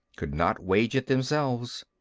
could not wage it themselves.